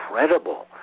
incredible